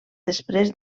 després